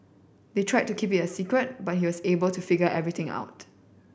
they tried to keep it a secret but he was able to figure everything out